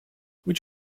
would